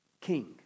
king